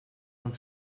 lang